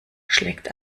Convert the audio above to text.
schlägt